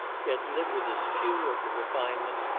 yet live with as few of the refinements,